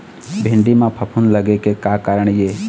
भिंडी म फफूंद लगे के का कारण ये?